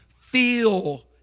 feel